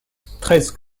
treize